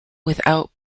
without